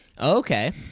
Okay